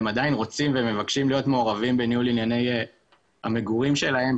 והם עדיין רוצים ומבקשים להיות מעורבים בניהול ענייני המגורים שלהם,